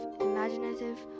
imaginative